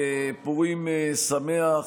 פורים שמח.